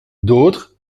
d’autres